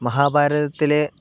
മഹാഭാരതത്തിൽ